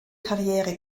karriere